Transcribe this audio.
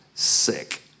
sick